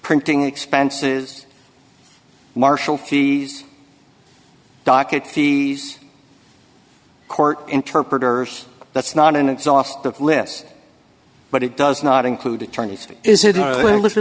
printing expenses marshall fees docket fees court interpreters that's not an exhaustive list but it does not include attorney's